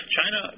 China